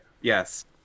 Yes